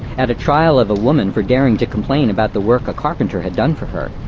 at a trial of a woman for daring to complain about the work a carpenter had done for her,